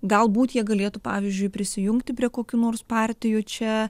galbūt jie galėtų pavyzdžiui prisijungti prie kokių nors partijų čia